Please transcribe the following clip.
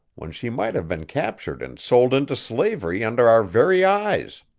when she might have been captured and sold into slavery under our very eyes.